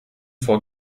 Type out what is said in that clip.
vor